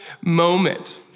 moment